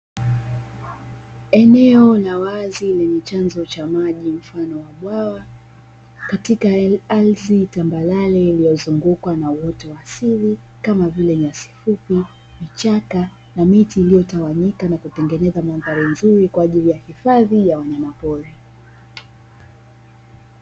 Eneo la wazi lenye chanzo cha maji mfano bwawa katika ardhi tambarare iliyozungukwa na wote wa asili kama vile nyasifupi vichaka na miti iliyotawanyika na kutengeneza mandari nzuri kwa ajili ya hifadhi ya wanyamapori.